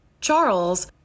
Charles